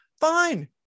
fine